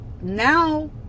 now